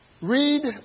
Read